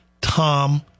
Tom